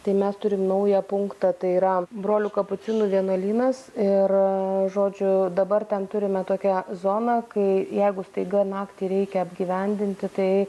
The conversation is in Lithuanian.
tai mes turim naują punktą tai yra brolių kapucinų vienuolynas ir žodžiu dabar ten turime tokią zoną kai jeigu staiga naktį reikia apgyvendinti tai